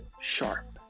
sharp